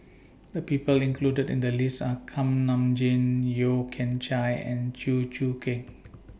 The People included in The list Are Kuak Nam Jin Yeo Kian Chai and Chew Choo Keng